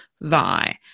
thy